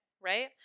right